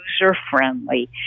user-friendly